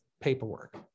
paperwork